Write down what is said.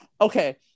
Okay